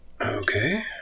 Okay